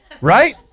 right